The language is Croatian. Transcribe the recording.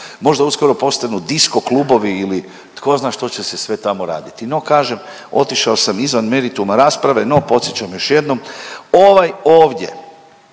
Možda uskoro postanju disco klubovi ili tko zna što će se sve tamo raditi. No kažem, otišao sam izvan merituma rasprave no podsjećam još jednom ovaj ovdje